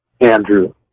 Andrew